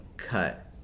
cut